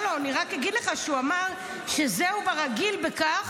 אני רק אגיד לך שהוא אמר: "שזהו ברגיל בכך